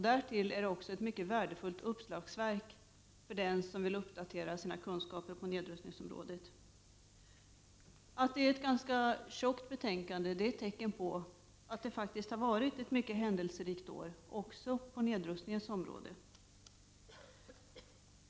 Därtill är det ett mycket värdefullt uppslagsverk för den som vill uppdatera sina kunskaper på nedrustningsområdet. Att det är ett ganska tjockt betänkande är också ett tecken på att det faktiskt varit ett mycket händelserikt år också på nedrustningens område.